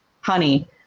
honey